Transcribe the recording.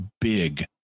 big